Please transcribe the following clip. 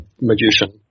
magician